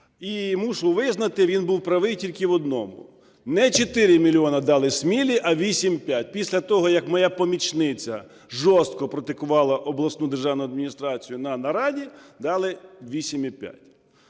І мушу визнати, він був правий тільки в одному, не 4 мільйони дали Смілі, а 8,5. Після того як моя помічниця жорстко прокритикувала обласну державну адміністрацію на нараді, дали 8,5.